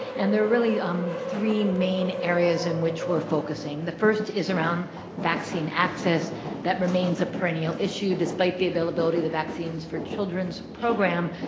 and there're really um three main areas in which we're focusing. the first is around vaccine access that remains a perineal issue despite the availability of the vaccines for children's program,